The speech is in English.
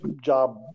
job